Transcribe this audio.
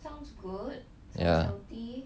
ya